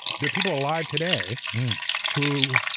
there are people alive today who